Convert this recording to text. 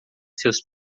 seus